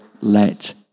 let